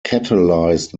catalyzed